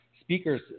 speakers